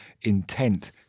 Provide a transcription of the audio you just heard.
intent